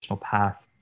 path